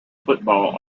football